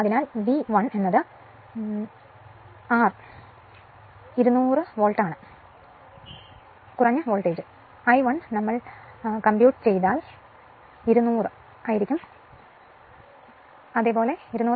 അതിനാൽ V 1 RLow 200 volt ആണ് I1 നമ്മൾ കമ്പ്യൂട്ട് E200 R20